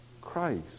Christ